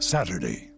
Saturday